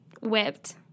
whipped